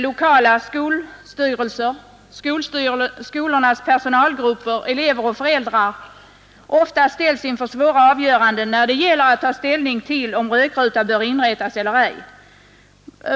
Lokala skolstyrelser, skolornas personalgrupper, elever och föräldrar ställs i praktiken ofta inför svåra avgöranden när det gäller att ta ställning till om rökruta skall inrättas eller ej.